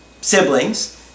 siblings